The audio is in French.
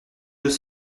deux